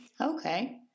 Okay